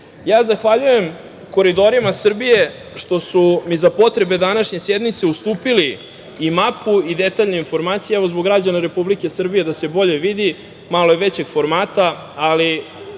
2025“.Zahvaljujem Koridorima Srbije što su mi za potrebe današnje sednice ustupili i mapu i detaljne informacije. Evo, zbog građana Republike Srbije, da se bolje vidi, malo je većeg formata, ali